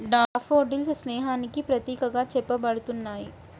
daffodils స్నేహానికి ప్రతీకగా చెప్పబడుతున్నాయి